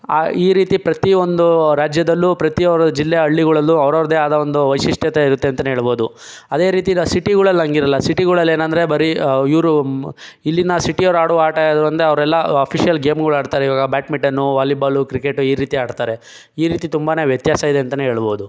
ಈ ರೀತಿ ಪ್ರತಿಯೊಂದು ರಾಜ್ಯದಲ್ಲೂ ಪ್ರತಿಯೊಂದ್ ಜಿಲ್ಲೆ ಹಳ್ಳಿಗಳಲ್ಲೂ ಅವ್ರವ್ರದ್ದೇ ಆದ ಒಂದು ವೈಶಿಷ್ಟ್ಯತೆ ಇರುತ್ತೆ ಅಂತಲೇ ಹೇಳ್ಬೋದು ಅದೇ ರೀತಿ ಈಗ ಸಿಟಿಗಳಲ್ಲಿ ಹಾಗಿರಲ್ಲ ಸಿಟಿಗಳಲ್ಲಿ ಏನೆಂದರೆ ಬರಿ ಇವರು ಇಲ್ಲಿನ ಸಿಟಿಯವರು ಆಡೋ ಆಟ ಯಾವುದೆಂದ್ರೆ ಅವರೆಲ್ಲ ಅಫೀಶಿಯಲ್ ಗೇಮ್ಗಳು ಆಡ್ತಾರೆ ಇವಾಗ ಬ್ಯಾಡ್ಮಿಂಟನು ವಾಲಿಬಾಲು ಕ್ರಿಕೆಟ್ ಈ ರೀತಿ ಆಡ್ತಾರೆ ಈ ರೀತಿ ತುಂಬನೇ ವ್ಯತ್ಯಾಸ ಇದೆ ಅಂತಲೇ ಹೇಳ್ಬೋದು